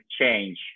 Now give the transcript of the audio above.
change